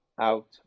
out